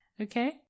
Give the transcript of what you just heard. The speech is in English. Okay